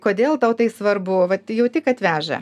kodėl tau tai svarbu vat jauti kad veža